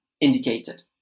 indicated